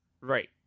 Right